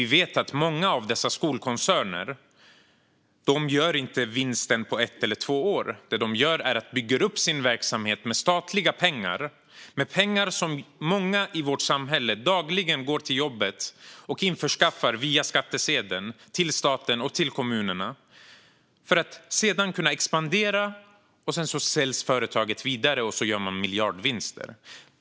Vi vet att många skolkoncerner inte gör vinst på ett eller två år, utan de bygger upp sin verksamhet med statliga pengar - pengar som stat och kommun införskaffar genom oss skattebetalare - för att kunna expandera, sälja företaget vidare och göra miljardvinster.